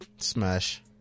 Smash